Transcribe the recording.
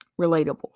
relatable